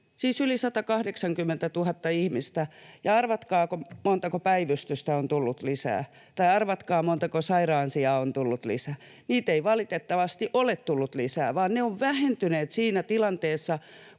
siis yli 180 000 ihmistä. Ja arvatkaa montako päivystystä on tullut lisää, tai arvatkaa, montako sairaansijaa on tullut lisää. Niitä ei valitettavasti ole tullut lisää, vaan ne ovat vähentyneet siinä tilanteessa,